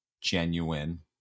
genuine